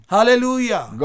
Hallelujah